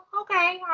okay